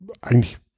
Eigentlich